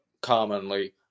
commonly